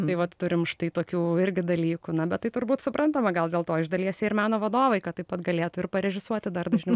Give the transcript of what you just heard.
tai vat turim štai tokių irgi dalykų na bet tai turbūt suprantama gal dėl to iš dalies jie ir meno vadovai kad taip pat galėtų ir parežisuoti dar dažniau